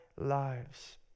lives